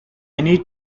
need